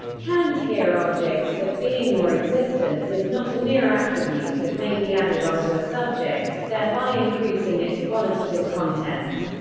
kant here objects that being or existence is not a mere attribute that may be added onto a subject, thereby increasing its qualitative content.